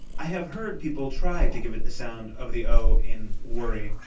i have heard people try to give it the sound of the o in worry.